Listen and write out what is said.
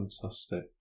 Fantastic